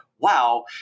wow